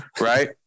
right